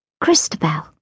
Christabel